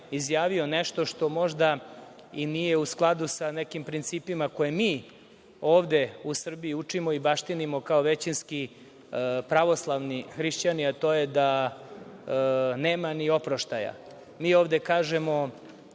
izjavio nešto što možda i nije u skladu sa nekim principima koje mi ovde u Srbiji učimo i baštinimo kao većinski pravoslavni hrišćani, a to je da nema ni oproštaja. Mi ovde kažemo